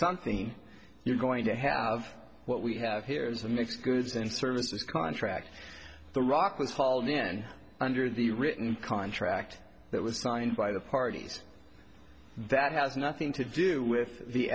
something you're going to have what we have here is a mix of goods and services contract the rock was fall then under the written contract that was signed by the parties that has nothing to do with the